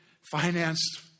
financed